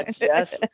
yes